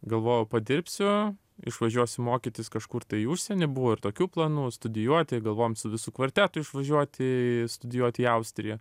galvojau padirbsiu išvažiuosiu mokytis kažkur tai į užsienį buvo ir tokių planų studijuoti galvojom su visu kvartetu išvažiuoti studijuoti į austriją